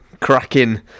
cracking